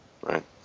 right